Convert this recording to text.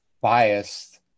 biased